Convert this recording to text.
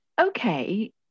Okay